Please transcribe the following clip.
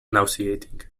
nauseating